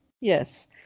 Yes